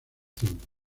tiempo